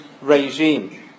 regime